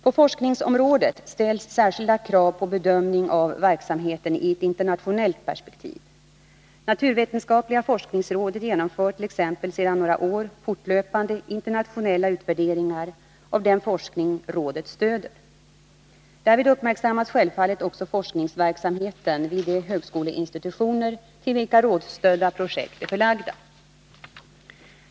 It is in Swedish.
På forskningsområdet ställs särskilda krav på bedömning av verksamheten i ett internationellt perspektiv. Naturvetenskapliga forskningsrådet genomför t.ex. sedan några år fortlöpande internationella utvärderingar av den forskning rådet stöder. Därvid uppmärksammas självfallet också forskningsverksamheten vid de högskoleinstitutioner till vilka rådsstödda projekt är förlagda.